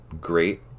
great